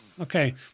Okay